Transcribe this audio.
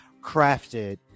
crafted